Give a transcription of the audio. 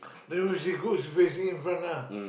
then when she cook she facing in front lah